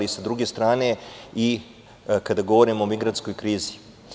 Sa druge strane, kada govorimo o migrantskoj krizi.